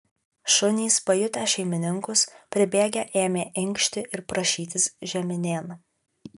šunys pajutę šeimininkus pribėgę ėmė inkšti ir prašytis žeminėn